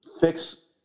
fix